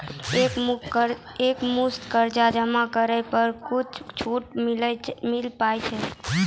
एक मुस्त कर्जा जमा करला पर कुछ छुट मिले पारे छै?